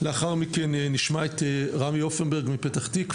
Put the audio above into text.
לאחר מכן נשמע את רמי הופנברג מפ"ת,